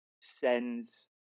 sends